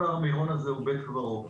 כל הר מירון הוא בית קברות.